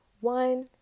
one